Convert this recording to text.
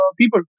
people